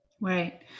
Right